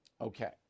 Okay